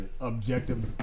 objective